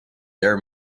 their